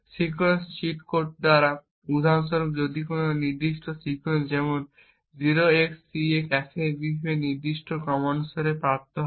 sequence cheat code দ্বারা উদাহরণস্বরূপ যদি নির্দিষ্ট সিকোয়েন্স যেমন 0xCAFEBEEF নির্দিষ্ট ক্রমানুসারে প্রাপ্ত হয়